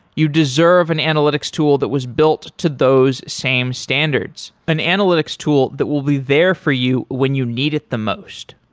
you deserve an analytics tool that was built to those same standards, an analytics tool that will be there for you when you needed the most.